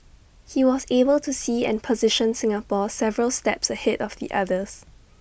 he was able to see and position Singapore several steps ahead of the others